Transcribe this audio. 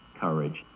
courage